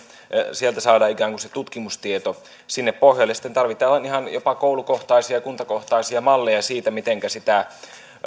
sieltä saadaan ikään kuin se tutkimustieto sinne pohjalle sitten tarvitaan ihan jopa koulukohtaisia kuntakohtaisia malleja siitä mitenkä sitä